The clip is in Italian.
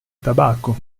tabacco